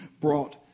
brought